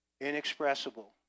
inexpressible